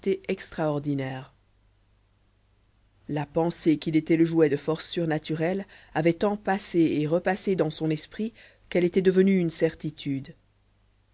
extraordinaire la pensée qu'il était le jouet de forces surnaturelles avait tant passé et repassé dans son esprit qu'elle était devenue une certitude